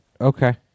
Okay